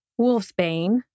Wolfsbane